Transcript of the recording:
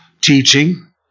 teaching